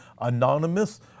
anonymous